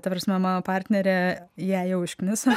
ta prasme mano partnerė ją jau užkniso